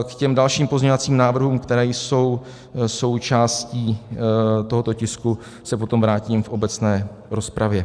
K dalším pozměňovacím návrhům, které jsou součástí tohoto tisku, se potom vrátím v obecné rozpravě.